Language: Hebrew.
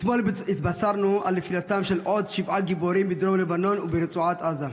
אתמול התבשרנו על נפילתם של עוד שבעה גיבורים בדרום לבנון וברצועת עזה.